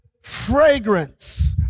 fragrance